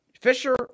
Fisher